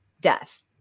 death